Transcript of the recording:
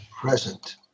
present